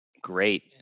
Great